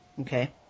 Okay